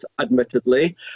admittedly